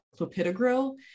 clopidogrel